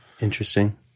Interesting